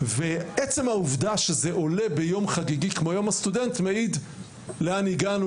עצם העובדה שזה עולה ביום חגיגי כמו יום הסטודנט מעיד לאן הגענו,